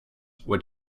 were